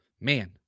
man